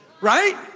right